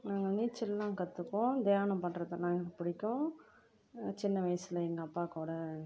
நாங்கள் வந்து சிலம்பம் கற்றுப்போம் தியானம் பண்ணுறதுலாம் எனக்கு பிடிக்கும் சின்ன வயசில் எங்கள் அப்பா கூட